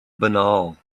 banal